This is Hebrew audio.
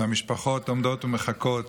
והמשפחות עומדות ומחכות